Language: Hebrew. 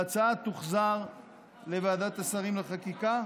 ההצעה תוחזר לוועדת השרים לחקיקה,